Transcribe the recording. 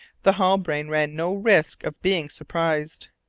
the halbrane ran no risk of being surprised.